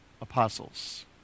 apostles